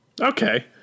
Okay